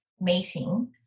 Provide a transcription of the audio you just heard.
meeting